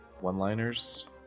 one-liners